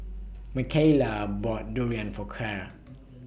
Makayla bought Durian For Kyra